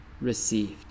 received